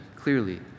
clearly